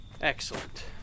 Excellent